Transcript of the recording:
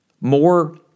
more